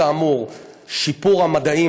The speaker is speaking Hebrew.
כאמור: שיפור המדעים,